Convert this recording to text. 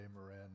Marin